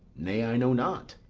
nay, i know not.